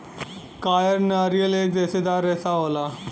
कायर नारियल एक रेसेदार रेसा होला